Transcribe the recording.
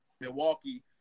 Milwaukee